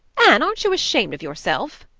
anne! aren't you ashamed of yourself?